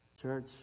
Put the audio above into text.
Church